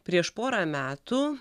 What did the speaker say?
prieš porą metų